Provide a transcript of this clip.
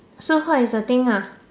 so what is the thing ah